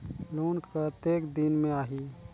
Loan कतेक दिन मे आही?